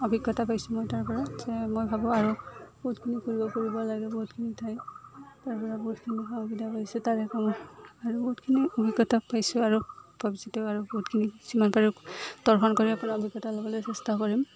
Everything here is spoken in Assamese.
অভিজ্ঞতা পাইছোঁ মই তাৰপৰা যে মই ভাবোঁ আৰু বহুতখিনি ঘূৰিব ফুৰিব লাগে বহুতখিনি ঠাই তাৰ পৰা বহুতখিনি সা সুবিধা হৈছে তাৰেই আৰু বহুতখিনি অভিজ্ঞতা পাইছোঁ আৰু ভৱিষ্যতেও আৰু বহুতখিনি কিছুমান বাৰু দৰ্শন কৰিব পাৰো অভিজ্ঞত ল'বলৈ চেষ্টা কৰিম